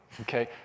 okay